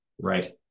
right